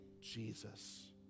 Jesus